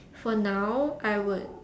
for now I would